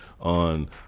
on